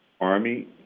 Army